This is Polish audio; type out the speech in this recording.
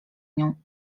nią